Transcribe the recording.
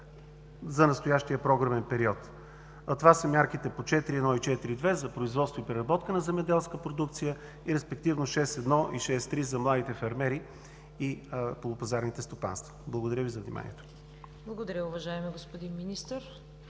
за настоящия програмен период, а това са мерките по 4.1 и 4.2 – за производство и преработка на земеделска продукция, и респективно 6.1 и 6.3 – за младите фермери и полупазарните стопанства. Благодаря Ви за вниманието. ПРЕДСЕДАТЕЛ ЦВЕТА КАРАЯНЧЕВА: Благодаря, уважаеми господин Министър.